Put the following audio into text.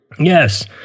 Yes